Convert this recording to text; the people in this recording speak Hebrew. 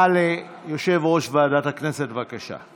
הודעה ליושב-ראש ועדת הכנסת, בבקשה.